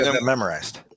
memorized